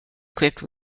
equipped